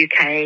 UK